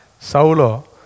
Saulo